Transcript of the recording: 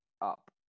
up